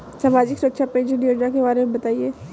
सामाजिक सुरक्षा पेंशन योजना के बारे में बताएँ?